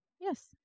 Yes